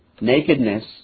Nakedness